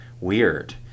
Weird